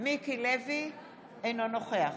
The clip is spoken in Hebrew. אינו נוכח